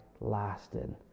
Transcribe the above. lasted